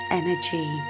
energy